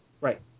Right